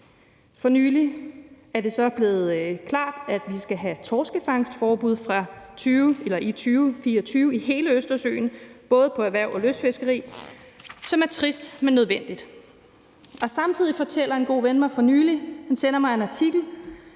For nylig er det så blevet klart, at vi skal have torskefangstforbud i 2024 i hele Østersøen både på erhvervs- og lystfiskeri, hvilket er trist, men nødvendigt. En god ven sendte mig for nylig en artikel,